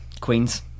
Queens